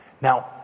Now